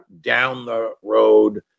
down-the-road